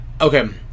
okay